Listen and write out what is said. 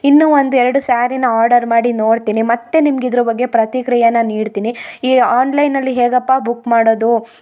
ಇನ್ನೂ ಒಂದು ಎರಡು ಸ್ಯಾರಿನ ಆರ್ಡರ್ ಮಾಡಿ ನೋಡ್ತೀನಿ ಮತ್ತು ನಿಮಗೆ ಇದ್ರ ಬಗ್ಗೆ ಪ್ರತಿಕ್ರಿಯೆ ನೀಡ್ತೀನಿ ಈಗ ಆನ್ಲೈನ್ನಲ್ಲಿ ಹೇಗಪ್ಪ ಬುಕ್ ಮಾಡೋದು